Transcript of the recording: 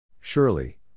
Surely